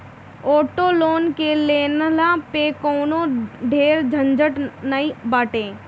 auto loan के लेहला में कवनो ढेर झंझट नाइ बाटे